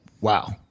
wow